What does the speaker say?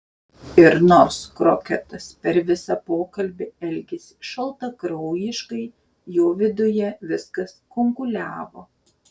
ir nors kroketas per visą pokalbį elgėsi šaltakraujiškai jo viduje viskas kunkuliavo